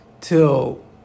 till